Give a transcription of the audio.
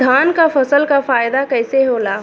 धान क फसल क फायदा कईसे होला?